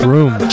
Room